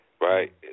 Right